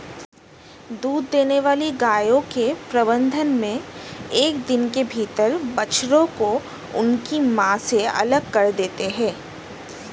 दूध देने वाली गायों के प्रबंधन मे एक दिन के भीतर बछड़ों को उनकी मां से अलग कर देते हैं